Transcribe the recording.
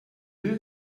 you